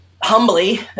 humbly